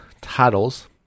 titles